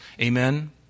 Amen